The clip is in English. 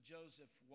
Joseph